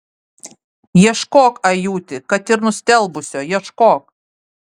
ieškok ajuti kad ir nustelbusio ieškok